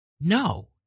No